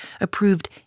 approved